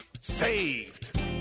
Saved